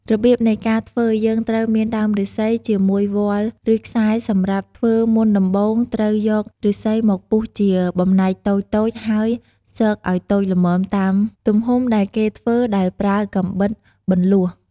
រប្រៀបនៃការធ្វើយើងត្រូវមានដើមឬស្សី ជាមួយវល្លិ៍ឬខ្សែសម្រាប់ធ្វើមុនដំបូងត្រូវយកឬស្សីមកពុះជាបំណែកតូចៗហើយសកឲ្យតូចល្មមតាមទំហំដែលគេធ្វើដោយប្រើកាំបិតបន្ទោះ។